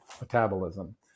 metabolism